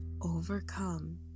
overcome